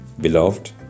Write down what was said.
Beloved